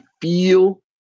feel